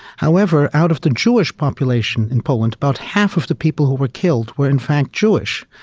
however, out of the jewish population in poland, about half of the people who were killed were in fact jewish,